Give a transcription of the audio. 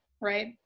right